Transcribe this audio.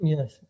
Yes